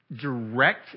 direct